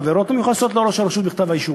העבירות המיוחסות לראש הרשות בכתב-האישום".